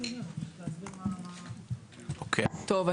טוב,